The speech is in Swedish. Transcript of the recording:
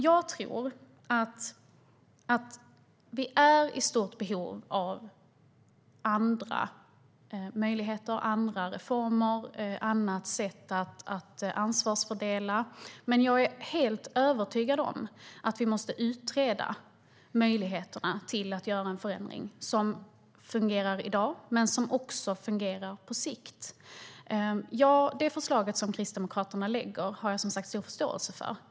Jag tror att vi är i stort behov av andra möjligheter, andra reformer och ett annat sätt att ansvarsfördela. Men jag är helt övertygad om att vi måste utreda möjligheterna att göra en förändring som fungerar i dag men som också fungerar på sikt. Det förslag som Kristdemokraterna lägger fram har jag, som sagt, stor förståelse för.